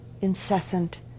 incessant